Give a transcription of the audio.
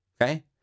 okay